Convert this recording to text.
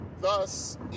thus